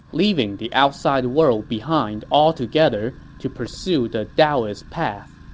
leaving the outside world behind altogether to pursue the daoist path.